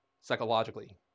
psychologically